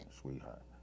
sweetheart